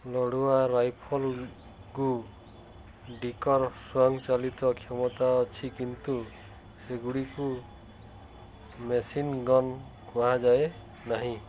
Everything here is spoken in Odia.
ଲଢ଼ୁଆ ରାଇଫଲ୍ ଗୁଡ଼ିକର ସ୍ୱୟଂଚାଳିତ କ୍ଷମତା ଅଛି କିନ୍ତୁ ସେଗୁଡ଼ିକୁ ମେସିନ୍ ଗନ୍ କୁହାଯାଏ ନାହିଁ